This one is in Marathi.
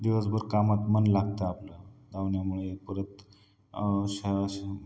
दिवसभर कामात मन लागतं आपलं धावण्यामुळे परत शा शा